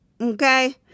okay